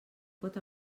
pot